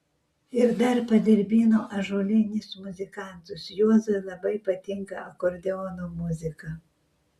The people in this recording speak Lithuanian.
ir dar padirbino ąžuolinius muzikantus juozui labai patinka akordeono muzika